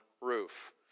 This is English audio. roof